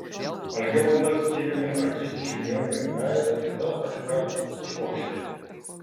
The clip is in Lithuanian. algimantas įrėmė akis žiniuoniui į veidą ir vėl kažką sušvokštė